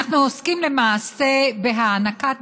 אנחנו עוסקים למעשה בהענקת,